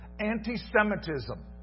Anti-Semitism